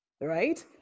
right